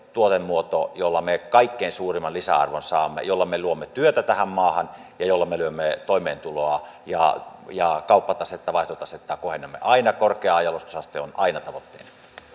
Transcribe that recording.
tuotemuodon jolla me kaikkein suurimman lisäarvon saamme jolla me luomme työtä tähän maahan ja jolla me luomme toimeentuloa ja ja kauppatasetta vaihtotasetta kohennamme korkea jalostusaste on aina tavoitteena